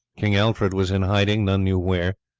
king alfred was in hiding, none knew where.